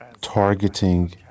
targeting